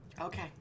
Okay